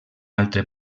altre